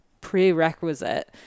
prerequisite